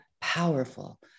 powerful